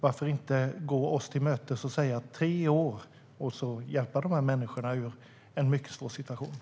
Varför inte gå oss till mötes och säga tre år och hjälpa de här människorna ur en mycket svår situation?